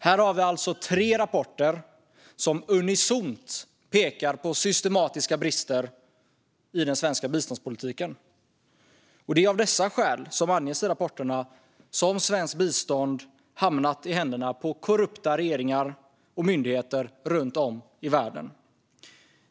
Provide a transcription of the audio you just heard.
Här har vi alltså tre rapporter som unisont pekar på systematiska brister i den svenska biståndspolitiken. Det är av de skäl som anges i dessa rapporter som svenskt bistånd hamnat i händerna på korrupta regeringar och myndigheter runt om i världen.